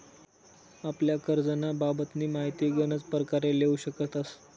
आपला करजंना बाबतनी माहिती गनच परकारे लेवू शकतस